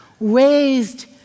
raised